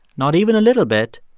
not even a little bit,